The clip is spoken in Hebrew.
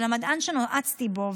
אבל המדען שנועצתי בו,